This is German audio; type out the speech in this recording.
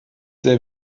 sehr